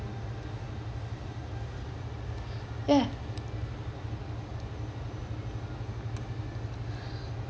ya